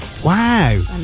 Wow